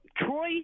Troy